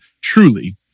truly